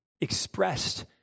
expressed